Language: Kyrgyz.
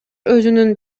өзүнүн